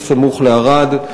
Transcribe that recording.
שסמוך לערד.